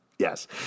Yes